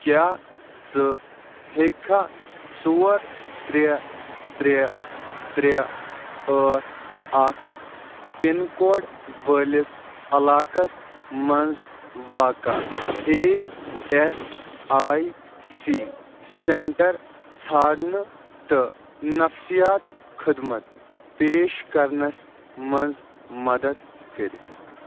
کیٛاہ ژٕ ہیٚکِکھا ژور ترٛےٚ ترٛےٚ ترٛےٚ ٲٹھ اَکھ پِن کوڈ وٲلِس علاقَس منٛز واقعہٕ اےٚ ایس آئی سی سینٛٹَر ژھانٛڈنہٕ تہٕ نَفسِیات خٔدمَت پیش کَرنَس منٛز مَدَد کٔرِتھ